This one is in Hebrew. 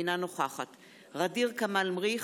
אינה נוכחת ע'דיר כמאל מריח,